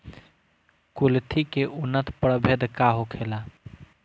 कुलथी के उन्नत प्रभेद का होखेला?